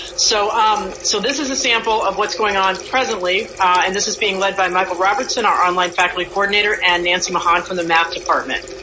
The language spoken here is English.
so um so this is a sample of what's going on presently and this is being led by michael robertson, our online faculty coordinator and nancy mohan from the math department.